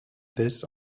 this